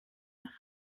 nach